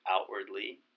outwardly